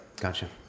Gotcha